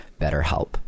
BetterHelp